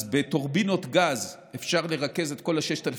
אז בטורבינות גז אפשר לרכז את כל ה-6,000